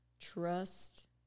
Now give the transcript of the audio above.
trust